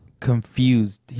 confused